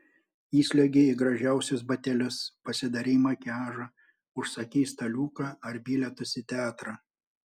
įsliuogei į gražiausius batelius pasidarei makiažą užsakei staliuką ar bilietus į teatrą